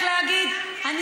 לא,